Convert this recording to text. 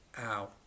ow